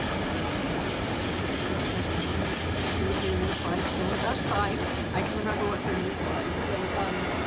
shift this it looks like we're having a little issue with moving the slides forward that's fine i can remember what's in those slides so um